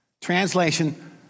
Translation